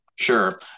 Sure